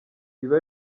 ibi